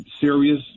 serious